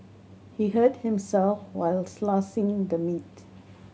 he hurt himself while slicing the meat